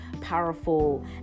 powerful